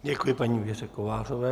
Děkuji paní Věře Kovářové.